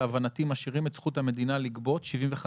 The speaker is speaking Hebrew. להבנתי משאירים את זכות המדינה לגבות 75